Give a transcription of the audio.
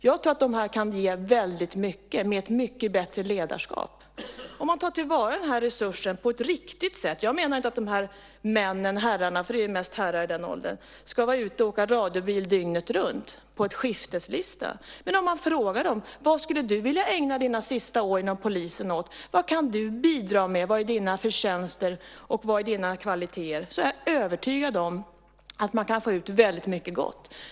Jag tror att det kan ge väldigt mycket med ett mycket bättre ledarskap om man tar till vara den här resursen på ett riktigt sätt. Jag menar inte att de här herrarna, för det är ju mest herrar i den åldern, ska vara ute och åka radiobil dygnet runt på en skifteslista. Men man kan fråga dem: Vad skulle du vilja ägna dina sista år inom polisen åt? Vad kan du bidra med? Vad är dina förtjänster och dina kvaliteter? Då är jag övertygad om att man kan få ut väldigt mycket gott.